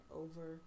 over